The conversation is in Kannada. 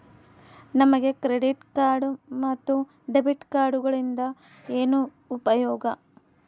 ನಮಗೆ ಕ್ರೆಡಿಟ್ ಕಾರ್ಡ್ ಮತ್ತು ಡೆಬಿಟ್ ಕಾರ್ಡುಗಳಿಂದ ಏನು ಉಪಯೋಗ?